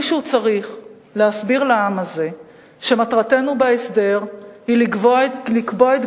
מישהו צריך להסביר לעם הזה שמטרתנו בהסדר היא לקבוע את